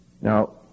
Now